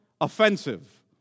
offensive